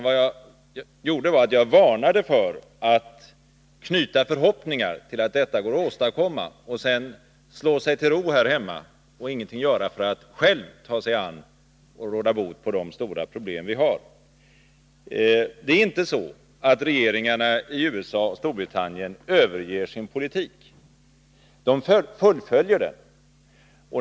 Vad jag gjorde var att jag varnade för att knyta förhoppningar till att detta går att åstadkomma och sedan slå sig till ro här hemma och ingenting göra för att ta sig an de stora problem vi har och råda bot på dem. Regeringarna i USA och Storbritannien överger inte sin politik. De fullföljer den.